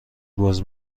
باز